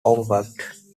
overworked